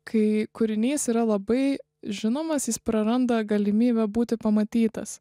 kai kūrinys yra labai žinomas jis praranda galimybę būti pamatytas